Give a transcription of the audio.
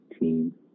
team